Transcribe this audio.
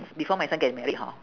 before my son get married hor